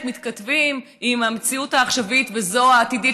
מתכתבים עם המציאות העכשווית וזו העתידית,